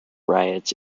riots